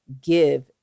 give